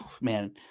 man